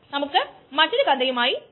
നമ്മൾ വീണ്ടും പ്രഭാഷണം 6ഇൽ കണ്ടുമുട്ടും